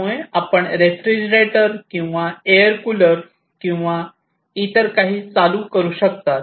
ज्यामुळे आपण रेफ्रिजरेटर किंवा एअर कूलर किंवा इतर काहीतरी चालू करू शकता